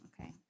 okay